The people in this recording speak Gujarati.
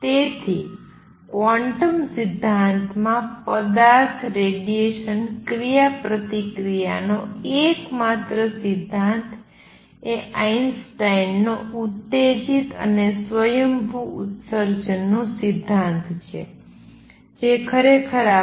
તેથી ક્વોન્ટમ સિદ્ધાંતમાં પદાર્થ રેડીએશન ક્રિયાપ્રતિક્રિયાનો એક માત્ર સિદ્ધાંત એ આઈન્સ્ટાઇનનો ઉત્તેજિત અને સ્વયંભૂ ઉત્સર્જન નો સિદ્ધાંત છે જે ખરેખર આપણે જાણીએ છીએ